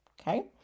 okay